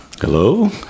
hello